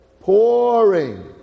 pouring